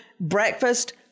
breakfast